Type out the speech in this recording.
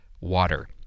water